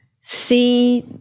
see